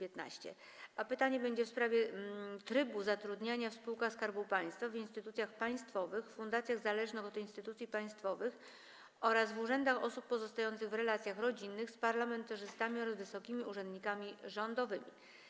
Jest to pytanie w sprawie trybu zatrudniania w spółkach Skarbu Państwa, w instytucjach państwowych, w fundacjach zależnych od instytucji państwowych oraz w urzędach osób pozostających w relacjach rodzinnych z parlamentarzystami oraz wysokimi urzędnikami rządowymi.